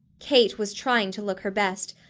kate was trying to look her best,